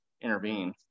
intervene